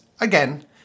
again